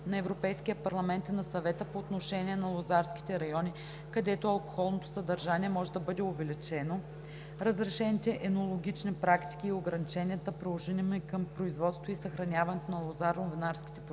на Европейския парламент и на Съвета по отношение на лозарските райони, където алкохолното съдържание може да бъде увеличено, разрешените енологични практики и ограниченията, приложими към производството и съхраняването на лозаро-винарските продукти,